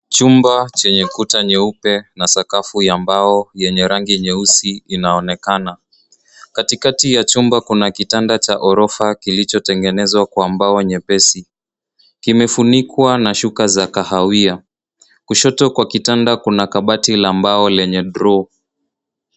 Chumba chenye kuta nyeupe na sakafu ya mbao yenye rangi nyeusi inaonekana. Katikati ya chumba kuna kitanda cha ghorofa kilichotengenezwa kwa mbao nyepesi. Kimefunikwa na shuka za kahawia. Kushoto kwa kitanda kuna kabati la mbao lenye droo.